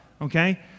okay